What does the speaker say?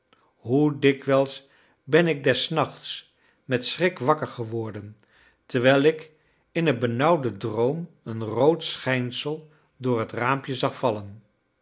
hoe dikwijls ben ik des nachts met schrik wakker geworden terwijl ik in een benauwden droom een rood schijnsel door het raampje zag vallen